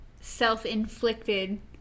self-inflicted